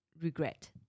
regret